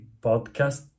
podcast